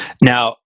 Now